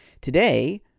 Today